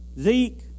Zeke